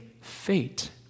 fate